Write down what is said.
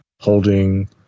holding